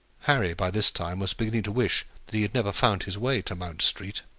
harry by this time was beginning to wish that he had never found his way to mount street.